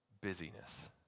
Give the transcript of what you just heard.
busyness